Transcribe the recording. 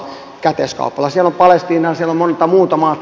siellä on palestiinaa siellä on monta muuta maata